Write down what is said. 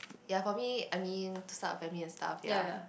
ya for me I mean start a family and stuff ya